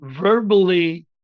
verbally